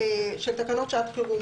שעת חירום.